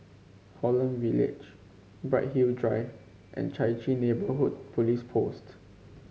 Holland Village Bright Hill Drive and Chai Chee Neighbourhood Police Post